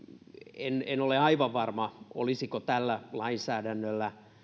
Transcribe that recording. en en ole aivan varma olisiko tällä lainsäädännöllä